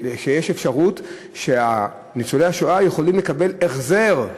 יש אפשרות שניצולי השואה יכולים לקבל החזר,